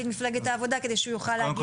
את מפלגת העבודה כדי שהוא יוכל להגיע לדיון.